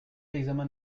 l’examen